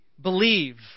Believe